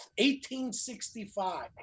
1865